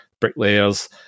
bricklayers